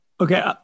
Okay